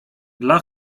dla